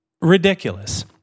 ridiculous